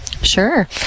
Sure